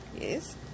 Yes